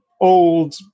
old